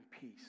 peace